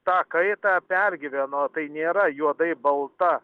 tą kaitą pergyveno tai nėra juodai balta